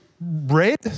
red